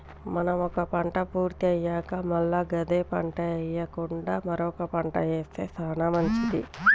మనం ఒక పంట పూర్తి అయ్యాక మల్ల గదే పంట ఎయ్యకుండా మరొక పంట ఏస్తె సానా మంచిది